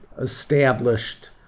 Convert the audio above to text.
established